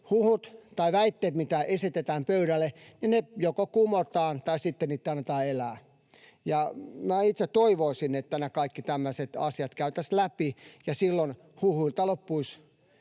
huhut tai väitteet, mitä esitetään pöydälle, joko kumotaan tai sitten niitten annetaan elää. Minä itse toivoisin, että nämä kaikki tämmöiset asiat käytäisiin läpi, ja silloin huhuilta loppuisivat